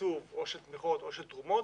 מתקצוב של תמיכות או של תרומות,